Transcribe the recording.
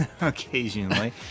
Occasionally